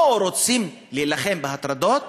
בואו, רוצים להילחם בהטרדות